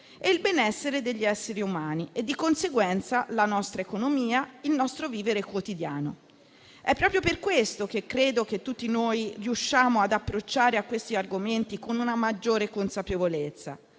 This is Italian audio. il benessere degli esseri umani e, di conseguenza, la nostra economia e il nostro vivere quotidiano. Proprio per questo credo che tutti noi riusciamo ad approcciare a questi argomenti con una maggiore consapevolezza,